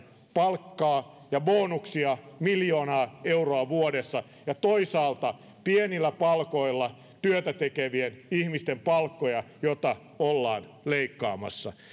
palkkaa ja bonuksia miljoonaa euroa vuodessa ja toisaalta pienillä palkoilla työtä tekevien ihmisten palkkoja joita ollaan leikkaamassa